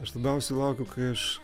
aš labiausiai laukiu kai aš